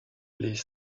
les